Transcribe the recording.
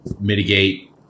mitigate